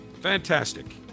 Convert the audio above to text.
fantastic